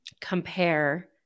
compare